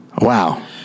wow